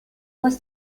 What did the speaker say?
was